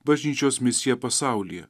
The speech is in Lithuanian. bažnyčios misiją pasaulyje